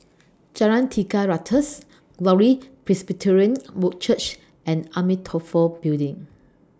Jalan Tiga Ratus Glory Presbyterian Church and Amitabha Building